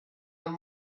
ein